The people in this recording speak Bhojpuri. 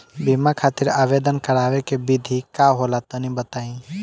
बीमा खातिर आवेदन करावे के विधि का होला तनि बताईं?